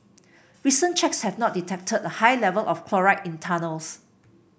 recent checks have not detected a high level of chloride in tunnels